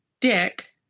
dick